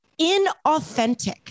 inauthentic